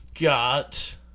got